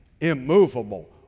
immovable